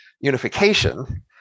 unification